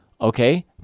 Okay